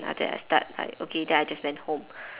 after that I start like okay then I just went home